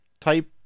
type